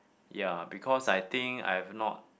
ya because I think I've not